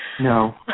No